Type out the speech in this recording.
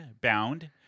bound